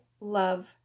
love